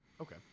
Okay